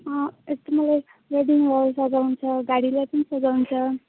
अँ यति मलाई वेडिङ हल सजाउनु छ गाडीलाई पनि सजाउनु छ